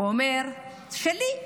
הוא אומר: שלי.